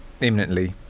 imminently